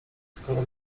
skoro